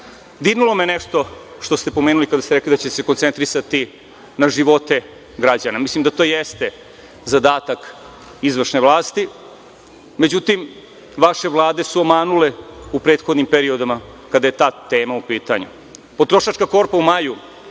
me je nešto što ste pomenuli kada ste rekli da ćete se koncentrisati na živote građana. Mislim da to jeste zadatak izvršne vlasti, međutim, vaše vlade su omanule u prethodnim periodima kada je ta tema u pitanju. Potrošačka korpa u maju